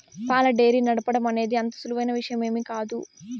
పాల డెయిరీ నడపటం అనేది అంత సులువైన విషయమేమీ కాదు